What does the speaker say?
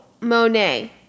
Monet